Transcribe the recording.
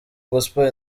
gospel